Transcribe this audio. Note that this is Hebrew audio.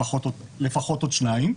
לפחות עוד שניים.